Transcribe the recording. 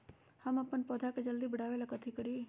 हम अपन पौधा के जल्दी बाढ़आवेला कथि करिए?